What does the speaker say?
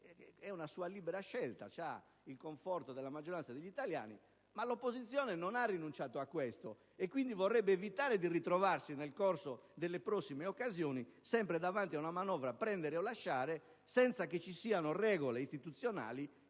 è una sua libera scelta, ha il conforto della maggioranza degli italiani. Ma l'opposizione non vi ha rinunciato: quindi, vorrebbe evitare di ritrovarsi nel corso delle prossime occasioni sempre davanti ad una manovra, «prendere o lasciare» senza che vi siano regole istituzionali